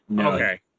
Okay